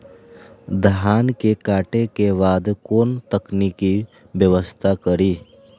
धान के काटे के बाद कोन तकनीकी व्यवस्था करी?